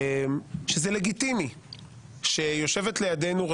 שזה לגיטימי שיושבת לידינו רשות,